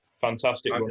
Fantastic